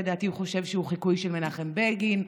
לדעתי הוא חושב שהוא חיקוי של מנחם בגין.